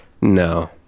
No